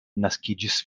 naskiĝis